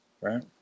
right